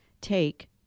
take